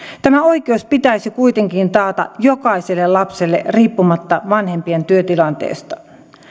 tämä oikeus pitäisi kuitenkin taata jokaiselle lapselle riippumatta vanhempien työtilanteesta